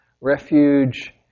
refuge